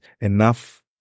enough